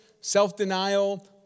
self-denial